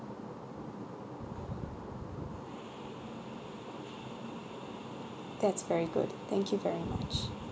that's very good thank you very much